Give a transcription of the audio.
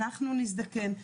אנחנו נזדקן,